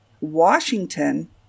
Washington